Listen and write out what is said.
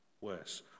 worse